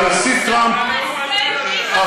טוב,